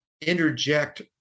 interject